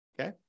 Okay